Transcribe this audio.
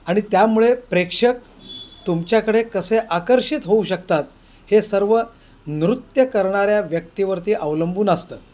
आणि त्यामुळे प्रेक्षक तुमच्याकडे कसे आकर्षित होऊ शकतात हे सर्व नृत्य करणाऱ्या व्यक्तीवरती अवलंबून असतं